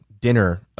dinner